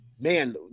man